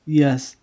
yes